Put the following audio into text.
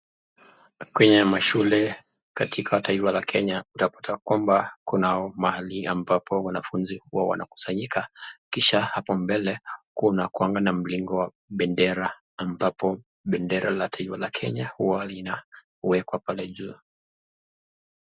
Kwenye mashule katika taifa la Kenya utapata kwamba kuna mahali ambapo wanafunzi huwa wanakusanyika kisha hapa mbele kuna kuwanga na mlingo wa bendera ambapo bendera la taifa la Kenya huwa lina wekwa pale juu.